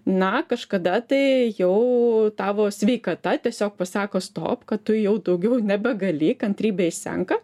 na kažkada tai jau tavo sveikata tiesiog pasako stop kad tu jau daugiau nebegali kantrybė išsenka